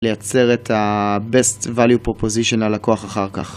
לייצר את ה-Best Value Proposition על הכוח אחר כך.